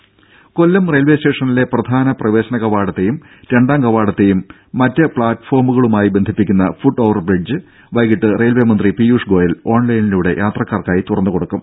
രുടെ കൊല്ലം റെയിൽവെ സ്റ്റേഷനിലെ പ്രധാന പ്രവേശന കവാടത്തെയും രണ്ടാം കവാടത്തെയും മറ്റ് പ്ലാറ്റ്ഫോമുകളെയും ബന്ധിപ്പിക്കുന്ന ഫുട് ഓവർബ്രിഡ്ജ് വൈകിട്ട് റെയിൽവെ മന്ത്രി പീയുഷ് ഗോയൽ ഓൺലൈനിലൂടെ യാത്രക്കാർക്കായി തുറന്നുകൊടുക്കും